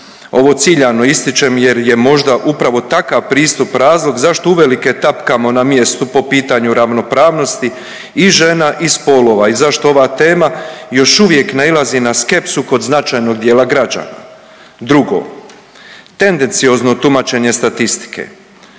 Ovo ciljano ističem jer je možda upravo takav pristup razlog zato uvelike tapkamo na mjestu po pitanju ravnopravnosti i žena i spolova i zašto ova tema još uvijek nailazi na skepsu kod značajnog dijela građana. Drugo, tendenciozno tumačenje statistike,